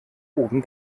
oben